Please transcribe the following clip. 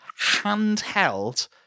handheld